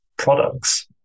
products